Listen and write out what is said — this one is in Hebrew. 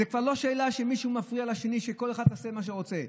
זו כבר לא שאלה שמישהו מפריע לשני ושכל אחד יעשה מה שהוא רוצה,